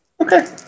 Okay